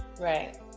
Right